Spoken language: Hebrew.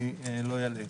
אני לא אלאה.